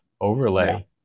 overlay